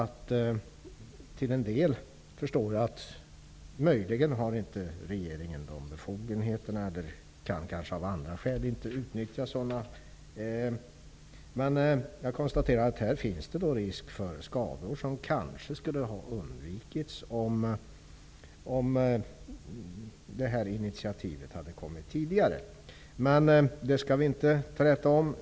Till en del förstår jag att regeringen möjligen inte har befogenheter eller av andra skäl inte kan utnyttja sina möjligheter. Jag konstaterar att det finns risk för skador, vilket kanske skulle ha undvikits om detta initiativ hade kommit tidigare. Men det skall vi inte träta om.